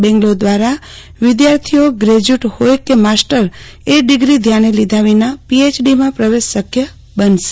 બેંગ્લોર દ્વારા વિદ્યાર્થીઓ graduate હોય કે માસ્ટર્સ એ ડીગ્રી ધ્યાને લીધા વિના પીએચડીમાં પ્રવેશ શક્ય બનશે